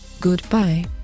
Goodbye